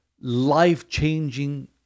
life-changing